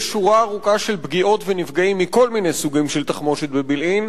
יש שורה ארוכה של פגיעות ונפגעים מכל מיני סוגים של תחמושת בבילעין,